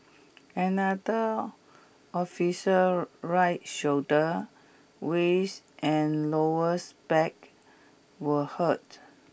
another officer's right shoulder waist and lowers back were hurt